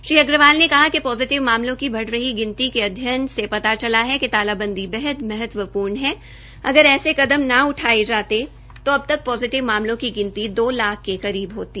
श्री अग्रवाल ने कहा कि पॉजिटिव मामलों की बढ रही गिनती के अध्ययन से पता चला है कि तालाबंदी बेहद महत्वपूर्ण है अगर ऐसे कदम न उठाए जाते तो अब तक पॉजिटिव मामलों की गिनती दो लाख के करीब होती